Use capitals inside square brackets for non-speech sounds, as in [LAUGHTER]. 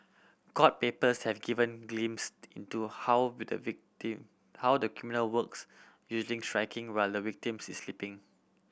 court papers have given glimpsed into how [UNINTELLIGIBLE] how the criminal works usually striking while the victims is sleeping